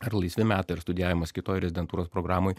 ar laisvi metai ir studijavimas kitoj rezidentūros programoj